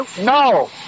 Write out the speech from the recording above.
no